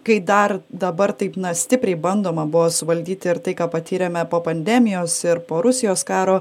kai dar dabar taip stipriai bandoma buvo suvaldyti ir tai ką patyrėme po pandemijos ir po rusijos karo